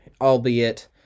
albeit